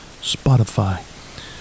Spotify